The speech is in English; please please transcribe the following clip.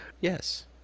Yes